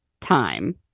time